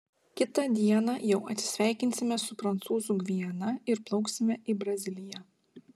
kitą dieną jau atsisveikinsime su prancūzų gviana ir plauksime į braziliją